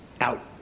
out